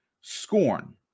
Scorn